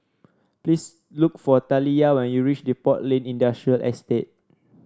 please look for Taliyah when you reach Depot Lane Industrial Estate